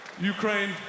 Ukraine